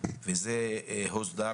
אז זה סוגיה אחרת.